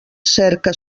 cerca